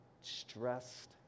stressed